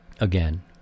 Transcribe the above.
again